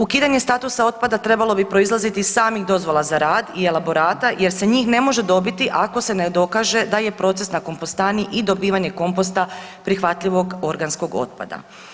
Ukidanje statusa otpada trebalo bi proizlaziti iz samih dozvola za rad i elaborata jer se njih ne može dobiti ako se ne dokaže da je proces na kompostani i dobivanje komposta prihvatljivog organskog otpada.